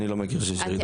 אני לא מכיר ירידת אשראי.